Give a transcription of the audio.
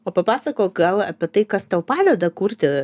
o papasakok gal apie tai kas tau padeda kurti